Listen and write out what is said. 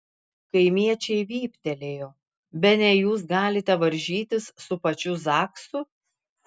kaimiečiai vyptelėjo bene jūs galite varžytis su pačiu zaksu